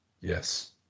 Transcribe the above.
Yes